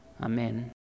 Amen